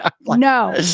No